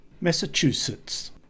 Massachusetts